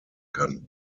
kann